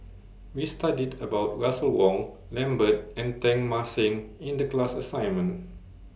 We studied about Russel Wong Lambert and Teng Mah Seng in The class assignment